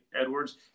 Edwards